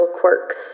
quirks